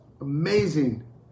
amazing